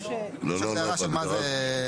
יש הגדרה של מה זה.